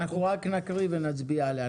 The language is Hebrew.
אנחנו רק נקריא ונצביע עליה,